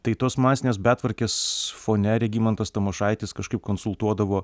tai tos masinės betvarkės fone regimantas tamošaitis kažkaip konsultuodavo